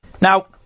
Now